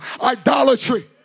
Idolatry